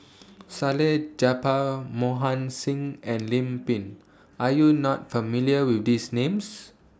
Salleh Japar Mohan Singh and Lim Pin Are YOU not familiar with These Names